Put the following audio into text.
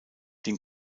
den